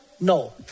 No